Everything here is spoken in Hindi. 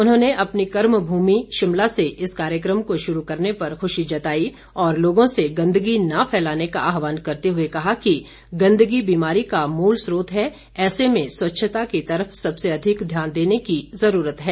उन्होंने अपनी कर्मभूमि शिमला से इस कार्यक्रम को शुरू करने पर खुशी जताई और लोगों से गंदगी न फैलाने का आहवान करते हुए कहा कि गंदगी बीमारी का मूल स्रोत है ऐसे में स्वच्छता की तरफ सबसे अधिक ध्यान देने की जरूरत है